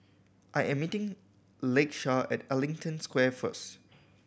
I am meeting Lakesha at Ellington Square first